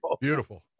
beautiful